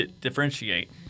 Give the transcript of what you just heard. differentiate